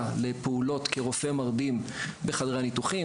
לפעולות כרופא מרדים בחדרי הניתוחים,